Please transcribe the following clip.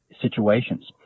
situations